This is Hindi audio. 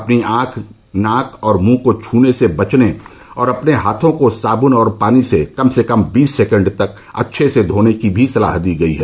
अपनी आंख नाक और मुंह को छूने से बचने और अपने हाथों को साबून और पानी से कम से कम बीस सेकेण्ड तक अच्छे से धोने की भी सलाह दी गई है